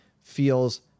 feels